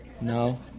No